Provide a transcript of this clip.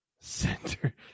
Center